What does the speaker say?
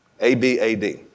A-B-A-D